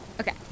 Okay